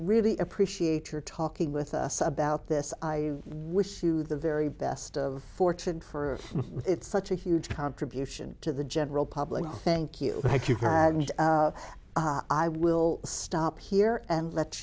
really appreciate your talking with us about this i wish you the very best of fortune for it's such a huge contribution to the general public thank you thank you i will stop here and let